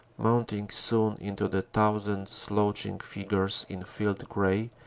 mounting soon into the thousands slouching figures in field-gray,